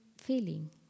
feeling